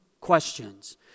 questions